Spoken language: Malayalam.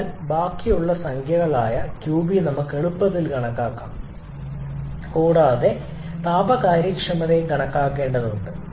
അതിനാൽ ബാക്കിയുള്ള സംഖ്യകളായ qB നമുക്ക് എളുപ്പത്തിൽ കണക്കാക്കാം കൂടാതെ താപ കാര്യക്ഷമതയും കണക്കാക്കേണ്ടതുണ്ട്